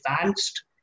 advanced